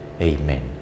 amen